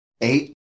Eight